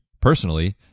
personally